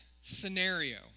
scenario